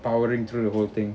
powering through the whole thing